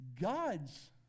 God's